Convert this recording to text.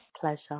Pleasure